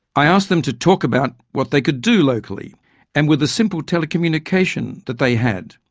i asked them to talk about what they could do locally and with a simple telecommunication that they had.